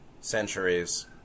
centuries